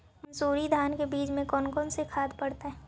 मंसूरी धान के बीज में कौन कौन से खाद पड़तै?